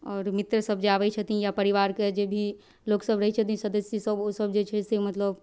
आओर मित्र सब जे आबै छथिन या परिवारके जे भी लोकसब रहै छथिन सदस्य सब ओसब जे छै से मतलब